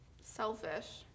Selfish